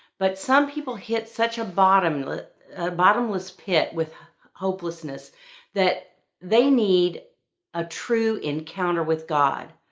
but some people hit such a bottomless a bottomless pit with hopelessness that they need a true encounter with god.